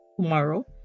tomorrow